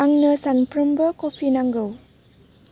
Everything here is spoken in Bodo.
आंनो सानफ्रोमबो कफि नांगौ